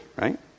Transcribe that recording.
right